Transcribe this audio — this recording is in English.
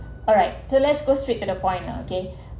alright so let's go straight to the point ah okay